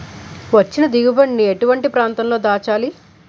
వచ్చిన దిగుబడి ని ఎటువంటి ప్రాంతం లో దాచాలి?